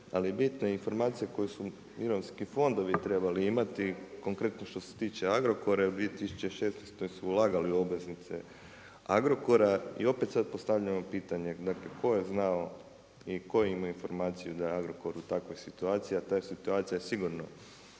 ali bitne informacije koje su mirovinski fondovi trebali imati, konkretno što se tiče Agrokora u 2016. su ulagali u obveznice Agrokora i opet sad postavljam vam pitanje, dakle, tko je znao i tko ima informacije da je u Agrokoru takva situacija. Ta je situacija sigurno